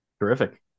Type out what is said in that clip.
terrific